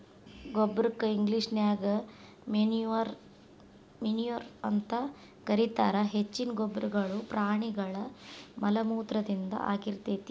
ಗೊಬ್ಬರಕ್ಕ ಇಂಗ್ಲೇಷನ್ಯಾಗ ಮೆನ್ಯೂರ್ ಅಂತ ಕರೇತಾರ, ಹೆಚ್ಚಿನ ಗೊಬ್ಬರಗಳು ಪ್ರಾಣಿಗಳ ಮಲಮೂತ್ರದಿಂದ ಆಗಿರ್ತೇತಿ